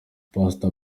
pastor